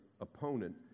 opponent